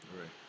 Right